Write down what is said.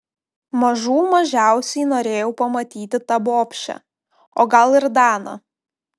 mažų mažiausiai norėjau pamatyti tą bobšę o gal ir daną